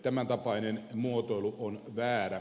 tämäntapainen muotoilu on väärä